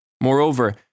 Moreover